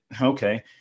okay